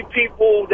people